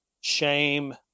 shame